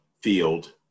field